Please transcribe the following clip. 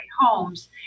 homes